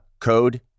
code